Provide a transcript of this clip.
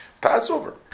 Passover